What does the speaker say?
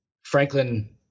Franklin